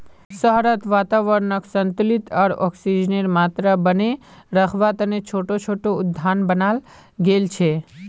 शहरत वातावरनक संतुलित आर ऑक्सीजनेर मात्रा बनेए रखवा तने छोटो छोटो उद्यान बनाल गेल छे